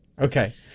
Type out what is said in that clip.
Okay